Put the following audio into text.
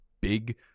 big